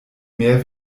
mehr